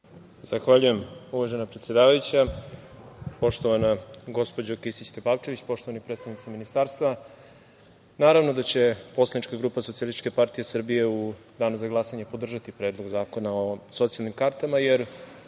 Zahvaljujem, uvažena predsedavajuća. Poštovana gospođo Kisić Tepavčević, poštovani predstavnici ministarstva, naravno da će poslanička grupa SPS u danu za glasanje podržati Predlog zakona o socijalnim kartama, jer